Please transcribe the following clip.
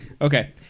Okay